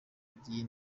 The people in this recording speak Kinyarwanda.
ry’iyi